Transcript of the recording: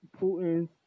Putin